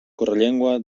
correllengua